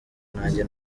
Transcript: nanjye